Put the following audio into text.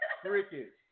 Cricket